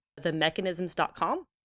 themechanisms.com